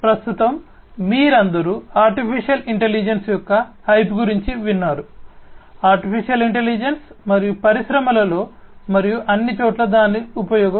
కాబట్టి ప్రస్తుతం మీరందరూ AI యొక్క హైప్ గురించి విన్నారు ఆర్టిఫిషియల్ ఇంటెలిజెన్స్ మరియు పరిశ్రమలలో మరియు అన్నిచోట్లా దాని ఉపయోగం